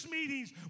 meetings